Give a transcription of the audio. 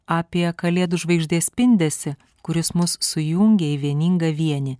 apie kalėdų žvaigždės spindesį kuris mus sujungia į vieningą vienį